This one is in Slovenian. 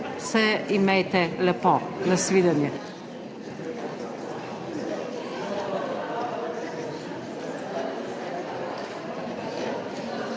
se imejte lepo. Nasvidenje.